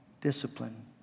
discipline